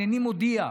הינני מודיע,